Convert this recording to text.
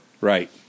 Right